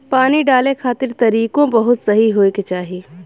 पानी डाले खातिर तरीकों बहुते सही होए के चाही